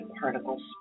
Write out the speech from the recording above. particles